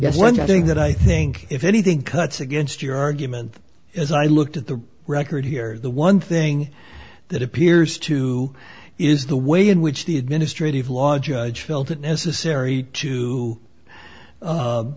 that's one thing that i think if anything cuts against your argument as i looked at the record here the one thing that appears to is the way in which the administrative law judge felt it necessary to